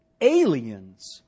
aliens